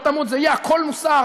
לא תמיד זה יהיה הכול מוסר,